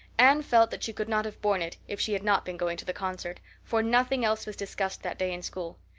anne felt that she could not have borne it if she had not been going to the concert, for nothing else was discussed that day in school.